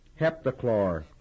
Heptachlor